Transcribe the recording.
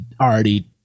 already